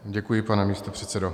Děkuji, pane místopředsedo.